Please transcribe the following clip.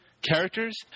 characters